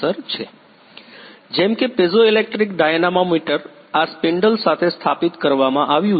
vlcsnap 2019 04 26 23h42m48s908 જેમ કે piezoelectric dynamometer આ સ્પિન્ડલ્સ સાથે સ્થાપિત કરવામાં આવ્યું છે